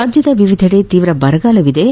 ರಾಜ್ಯದ ವಿವಿಧೆದೆ ತೀವ್ರ ಬರಗಾಲವಿದ್ದು